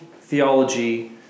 theology